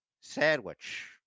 sandwich